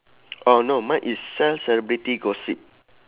oh no mine is sell celebrity gossip